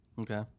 Okay